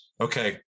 Okay